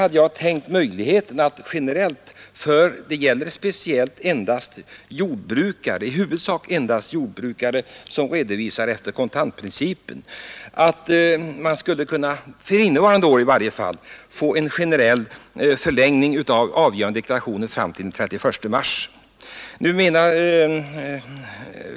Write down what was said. Med hänsyn till att det i detta sammanhang i huvudsak gäller jordbrukare med redovisning enligt kontantprincipen, som bekant ett mindre antal deklaranter, hade jag tänkt mig att man i varje fall för innevarande år skulle kunna medge en generell förlängning av tiden för avlämnande av deklarationer fram t.o.m. den 31 mars.